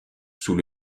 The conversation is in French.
sous